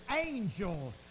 angel